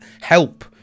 help